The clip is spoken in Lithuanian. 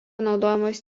naudojamos